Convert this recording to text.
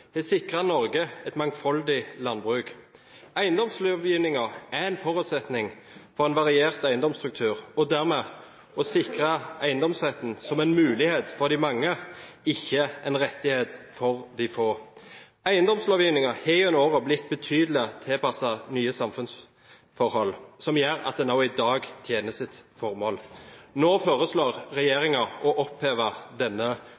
Norge et mangfoldig landbruk. Eiendomslovgivningen er en forutsetning for en variert eiendomsstruktur og dermed for å sikre eiendomsretten som en mulighet for de mange, ikke en rettighet for de få. Eiendomslovgivningen har gjennom årene blitt betydelig tilpasset nye samfunnsforhold, som gjør at den også i dag tjener sitt formål. Nå foreslår regjeringen å oppheve denne